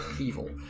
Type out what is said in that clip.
evil